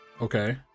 Okay